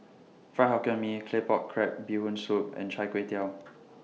Fried Hokkien Mee Claypot Crab Bee Hoon Soup and Chai Kway Tow